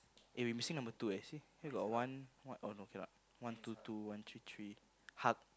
eh we missing number two eh see here got one oh no okay lah one two two one three three ha~